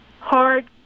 hard